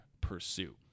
pursue